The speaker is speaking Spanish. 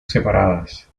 separadas